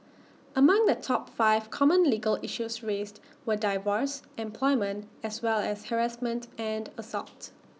among the top five common legal issues raised were divorce employment as well as harassment and assault